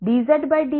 dzdx